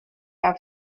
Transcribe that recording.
our